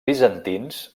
bizantins